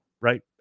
right